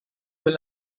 will